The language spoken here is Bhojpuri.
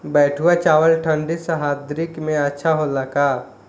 बैठुआ चावल ठंडी सह्याद्री में अच्छा होला का?